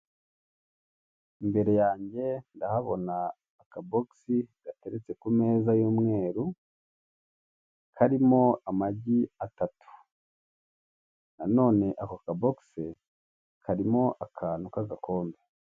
Imbera yange, ndahabona akabogisi gateretse ku meza y'umweru, karimo amagi atatu, na none ako ka bogise karimo akantu k'agakombe.